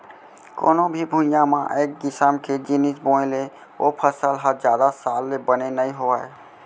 कोनो भी भुइंया म एक किसम के जिनिस बोए ले ओ फसल ह जादा साल ले बने नइ होवय